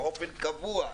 באופן קבוע,